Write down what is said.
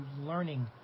learning